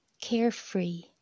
Carefree